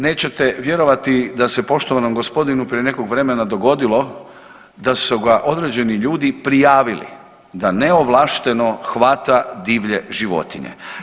Nećete vjerovati da se poštovanom gospodinu prije nekog vremena dogodilo da su ga određeni ljudi prijavili da neovlašteno hvata divlje životinje.